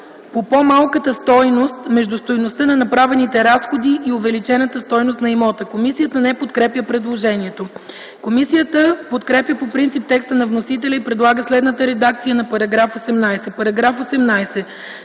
по по-малката стойност между стойността на направените разходи и увеличената стойност на имота.” Комисията не подкрепя предложението. Комисията подкрепя по принцип текста на вносителя и предлага следната редакция на § 18: „§ 18.